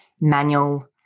manual